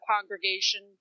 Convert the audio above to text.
congregation